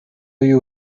you